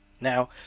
Now